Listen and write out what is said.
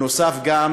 נוסף על כך,